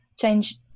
change